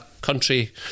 country